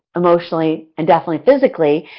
emotionally and definitely physically,